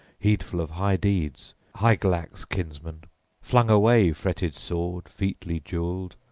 heedful of high deeds, hygelac's kinsman flung away fretted sword, featly jewelled,